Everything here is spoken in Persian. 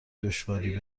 دشواری